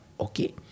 Okay